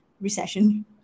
recession